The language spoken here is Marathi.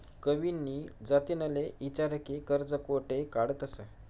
कविनी जतिनले ईचारं की कर्ज कोठे काढतंस